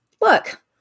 Look